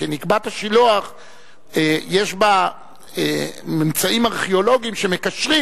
כי נקבת השילוח יש בה ממצאים ארכיאולוגיים שמקשרים,